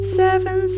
seven